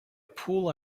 pool